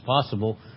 possible